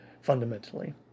fundamentally